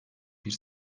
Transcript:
bir